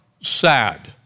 sad